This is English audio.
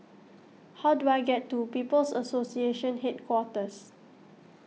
how do I get to People's Association Headquarters